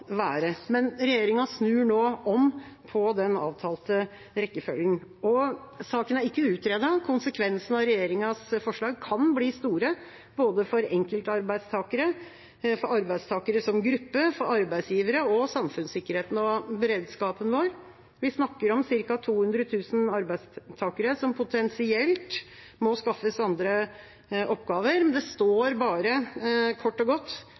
være. Regjeringa snur nå om på den avtalte rekkefølgen. Saken er ikke utredet. Konsekvensene av regjeringas forslag kan bli store, både for enkeltarbeidstakere, for arbeidstakere som gruppe, for arbeidsgivere og for samfunnssikkerheten og beredskapen vår. Vi snakker om ca. 200 000 arbeidstakere som potensielt må skaffes andre oppgaver, men i proposisjonen står det bare kort og godt